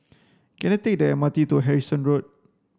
can I take the M R T to Harrison Road